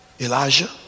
Elijah